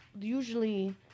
usually